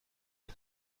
این